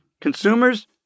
consumers